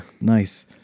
Nice